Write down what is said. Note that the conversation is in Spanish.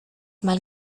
mal